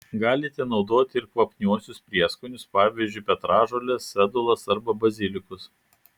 galite naudoti ir kvapniuosius prieskonius pavyzdžiui petražoles sedulas arba bazilikus